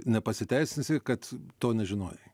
nepasiteisinsi kad to nežinojai